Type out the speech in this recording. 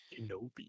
Kenobi